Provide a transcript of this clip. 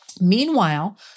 Meanwhile